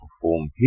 perform